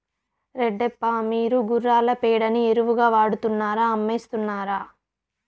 రెడ్డప్ప, మీరు గుర్రాల పేడని ఎరువుగా వాడుతున్నారా అమ్మేస్తున్నారా